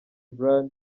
brian